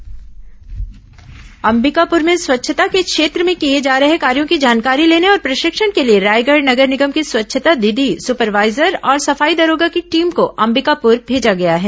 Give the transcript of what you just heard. अंबिकापुर में स्वच्छता के क्षेत्र में किए जा रहे कार्यों की जानकारी लेने और प्रशिक्षण के लिए रायगढ़ नगर निगम की स्वच्छता दीदी सुपरवाइजर और सफाई दरोगा की टीम को अंबिकापुर भेजा गया है